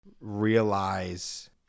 realize